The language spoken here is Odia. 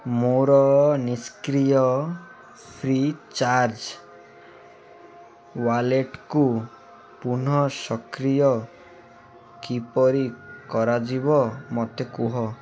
ମୋର ନିଷ୍କ୍ରିୟ ଫ୍ରି ଚାର୍ଜ୍ ୱାଲେଟକୁ ପୁନଃସକ୍ରିୟ କିପରି କରାଯିବ ମୋତେ କୁହ